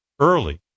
early